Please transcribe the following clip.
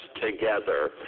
together